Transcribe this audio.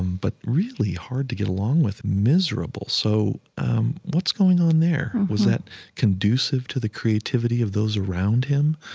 but really hard to get along with, miserable. so what's going on there? was that conducive to the creativity of those around him?